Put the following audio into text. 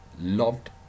loved